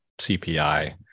CPI